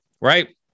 right